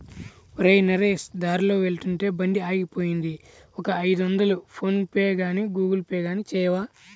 ఒరేయ్ నరేష్ దారిలో వెళ్తుంటే బండి ఆగిపోయింది ఒక ఐదొందలు ఫోన్ పేగానీ గూగుల్ పే గానీ చేయవా